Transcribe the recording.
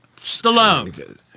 Stallone